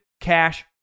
Cash